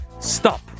STOP